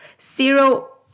zero